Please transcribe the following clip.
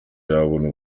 yabona